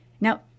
Now